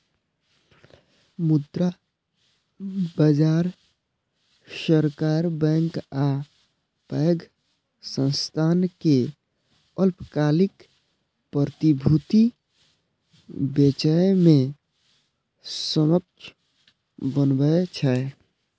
मुद्रा बाजार सरकार, बैंक आ पैघ संस्थान कें अल्पकालिक प्रतिभूति बेचय मे सक्षम बनबै छै